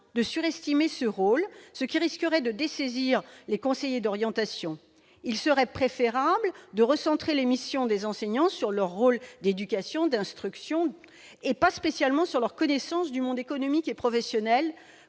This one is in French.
de surestimer ce rôle, car cela risquerait de dessaisir les conseillers d'orientation. Il serait préférable de recentrer les missions des enseignants sur l'instruction, plutôt que de miser sur leurs connaissances du monde économique et professionnel,